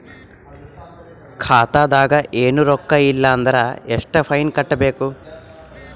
ಖಾತಾದಾಗ ಏನು ರೊಕ್ಕ ಇಲ್ಲ ಅಂದರ ಎಷ್ಟ ಫೈನ್ ಕಟ್ಟಬೇಕು?